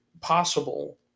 possible